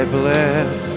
bless